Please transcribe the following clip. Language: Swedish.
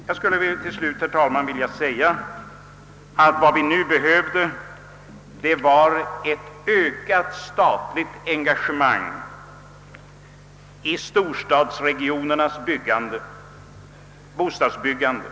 Jag skulle till slut, herr talman, vilja säga att vad vi nu behöver är ett ökat statligt engagemang i frågan om storstadsregionernas bostadsbyggande.